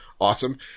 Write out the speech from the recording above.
awesome